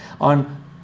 on